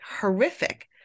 horrific